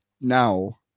now